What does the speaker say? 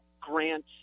Grant